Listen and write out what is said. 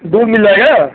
दूध मिल जाएगा